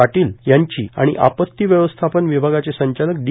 पाटील यांची आणि आपत्ती व्यवस्थापन विभागाचे संचालक डी